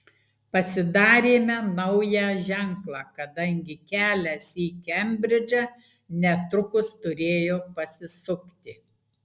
pasidarėme naują ženklą kadangi kelias į kembridžą netrukus turėjo pasisukti